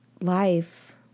life